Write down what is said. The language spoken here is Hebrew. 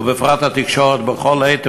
ובפרט התקשורת בכל עת,